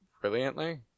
brilliantly